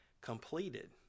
completed